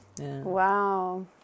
Wow